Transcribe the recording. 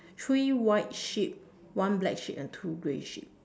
three white sheep one black sheep and two grey sheep